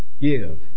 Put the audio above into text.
Give